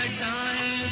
ah di